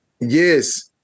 Yes